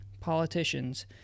politicians